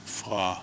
fra